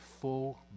full